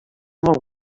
molt